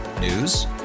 News